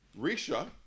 Risha